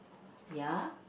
ya